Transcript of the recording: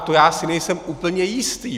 To já si nejsem úplně jistý.